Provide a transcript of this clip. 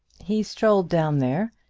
he strolled down there,